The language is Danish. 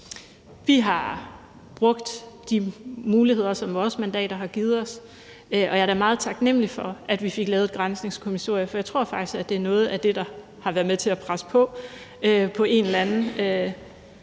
Vi har brugt de muligheder, som vores mandater har givet os, og jeg er da meget taknemlig for, at vi fik lavet et granskningskommissorie, for jeg tror faktisk, at det er noget af det, der har været med til at presse på på en eller anden